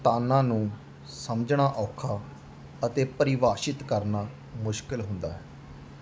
ਤਾਨਾਂ ਨੂੰ ਸਮਝਣਾ ਔਖਾ ਅਤੇ ਪਰਿਭਾਸ਼ਿਤ ਕਰਨਾ ਮੁਸ਼ਕਲ ਹੁੰਦਾ ਹੈ